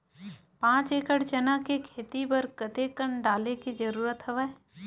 पांच एकड़ चना के खेती बर कते कन डाले के जरूरत हवय?